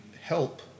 help